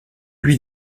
lui